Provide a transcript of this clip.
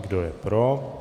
Kdo je pro?